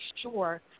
sure